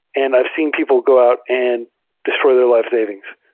and i've seen people go out and destroy their life savings.